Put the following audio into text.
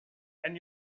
and